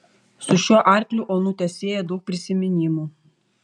su šiuo arkliu onutę sieja daug prisiminimų